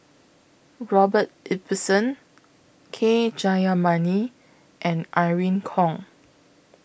Robert Ibbetson K Jayamani and Irene Khong